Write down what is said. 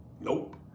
Nope